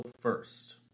first